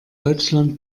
deutschland